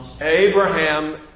Abraham